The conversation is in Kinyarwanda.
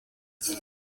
cyane